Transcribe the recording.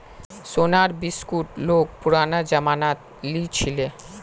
सोनार बिस्कुट लोग पुरना जमानात लीछीले